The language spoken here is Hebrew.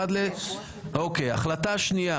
החלטה שנייה